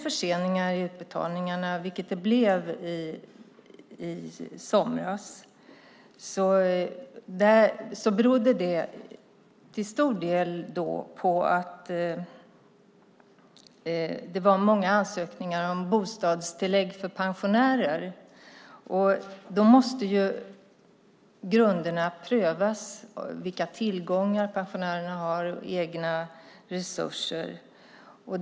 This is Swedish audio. Förseningarna i utbetalningarna i somras berodde till stor del på att det var många ansökningar om bostadstillägg för pensionärer. Då måste grunderna prövas: vilka tillgångar och egna resurser pensionärerna har.